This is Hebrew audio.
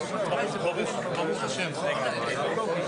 אתה יושב-ראש שמבין את העניין האלה.